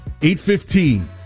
8-15